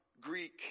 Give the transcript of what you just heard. Greek